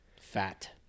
fat